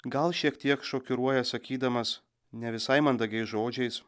gal šiek tiek šokiruoja sakydamas ne visai mandagiais žodžiais